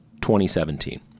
2017